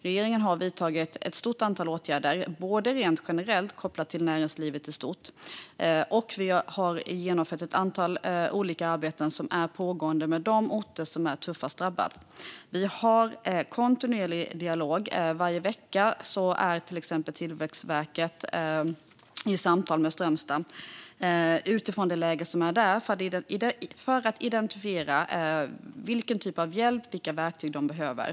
Regeringen har vidtagit ett stort antal åtgärder rent generellt, kopplat till näringslivet i stort, och vi har genomfört ett antal olika arbeten som är pågående med de orter som är tuffast drabbade. Vi har en kontinuerlig dialog. Varje vecka har till exempel Tillväxtverket samtal med Strömstad utifrån det läge som råder där för att identifiera vilken typ av hjälp och vilka verktyg de behöver.